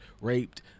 raped